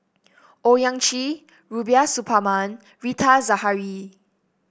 Owyang Chi Rubiah Suparman Rita Zahara